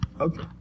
Okay